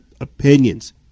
opinions